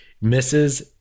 misses